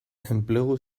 enplegu